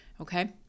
okay